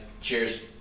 Cheers